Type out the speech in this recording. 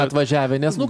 atvažiavę nes nu